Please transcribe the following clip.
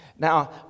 Now